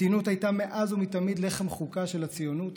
מתינות הייתה מאז ומתמיד לחם חוקה של הציונות,